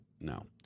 no